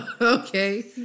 Okay